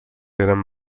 eren